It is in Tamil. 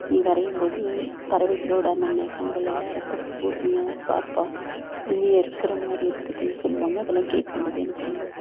நீ வரையும் போது பறவைகளோட அந்த நகங்கள் எல்லாம் ரொம்ப கூர்மையாக ஷார்ஃப்பாக உண்மையாக இருக்கிற மாதிரி இருக்கும்னு சொல்லுவாங்கள் அதெல்லாம் கேட்கும் போது எனக்கு ரொம்ப